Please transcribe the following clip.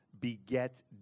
beget